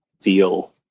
feel